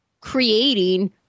creating